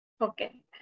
Okay